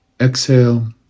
Exhale